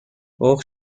حقوق